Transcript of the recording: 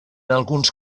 alguns